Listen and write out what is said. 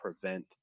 prevent